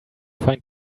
find